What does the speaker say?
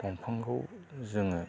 दंफांखौ जोङो